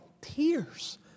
tears